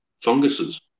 funguses